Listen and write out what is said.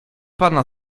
pana